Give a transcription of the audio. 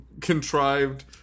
contrived